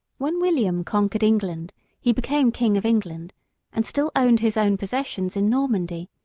when william conquered england he became king of england and still owned his own possessions in normandy,